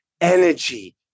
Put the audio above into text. energy